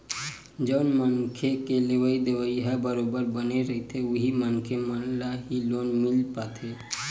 जउन मनखे के लेवइ देवइ ह बरोबर बने रहिथे उही मनखे मन ल ही लोन मिल पाथे